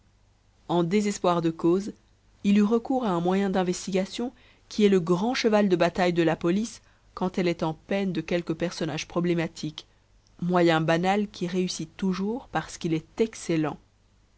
en désespoir de cause il eut recours à un moyen d'investigation qui est le grand cheval de bataille de la police quand elle est en peine de quelque personnage problématique moyen banal qui réussit toujours parce qu'il est excellent